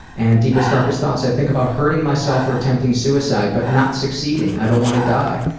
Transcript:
and deepest, darkest thoughts? i think about hurting myself or attempting suicide but not succeeding. i don't want to die,